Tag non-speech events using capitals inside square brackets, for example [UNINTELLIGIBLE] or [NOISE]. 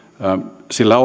sillä [UNINTELLIGIBLE]